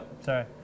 sorry